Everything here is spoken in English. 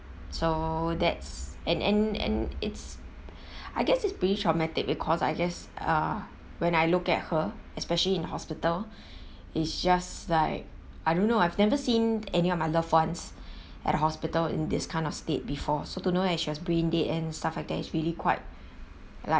so that's and and and it's I guess it's pretty traumatic because I guess ah when I look at her especially in hospital is just like I don't know I've never seen any of my loved ones at a hospital in this kind of state before so to know like as she was brain dead and stuff like that it's really quite like